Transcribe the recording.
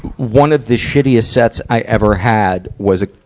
one of the shittiest sets i ever had was a,